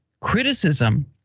criticism